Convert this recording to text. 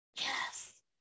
Yes